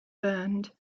burned